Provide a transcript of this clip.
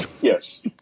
Yes